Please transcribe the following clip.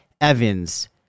Evans